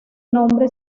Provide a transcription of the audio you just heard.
nombre